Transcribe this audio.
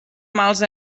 mals